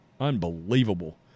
Unbelievable